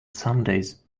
sundays